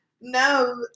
no